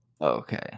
Okay